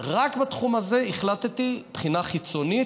רק בתחום הזה החלטתי: בחינה חיצונית.